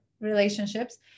relationships